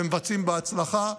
ומבצעים בהצלחה.